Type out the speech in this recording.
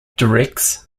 directs